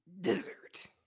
Dessert